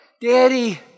Daddy